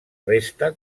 resta